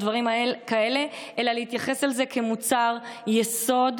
או דברים כאלה אלא להתייחס אל זה כמוצר יסוד,